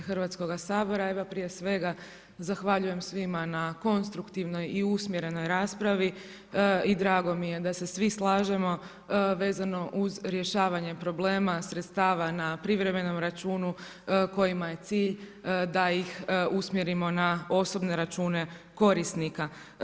Evo prije svega zahvaljujem svima na konstruktivnoj i usmjerenoj raspravi i drago mi je da se svi slažemo vezano uz rješavanje problema sredstava na privremenom računu kojima je cilj da ih usmjerimo na osobne račune korisnika.